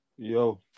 Yo